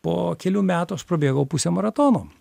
po kelių metų aš prabėgau pusę maratono